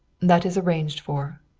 that is arranged for.